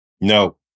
No